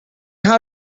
how